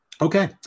Okay